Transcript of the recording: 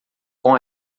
com